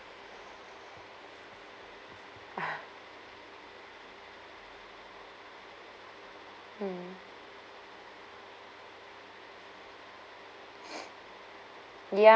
mm ya